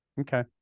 Okay